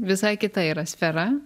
visai kita yra sfera